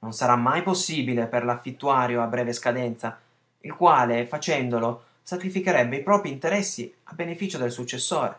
non sarà mai possibile per l'affittuario a breve scadenza il quale facendolo sacrificherebbe i proprii interessi a beneficio del successore